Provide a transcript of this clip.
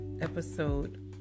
Episode